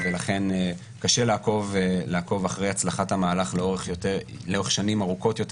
ולכן קשה לעקוב אחר הצלחת המהלך לאורך שנים ארוכות יותר